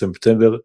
בספטמבר 2020,